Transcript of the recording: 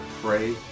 pray